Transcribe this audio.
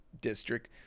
district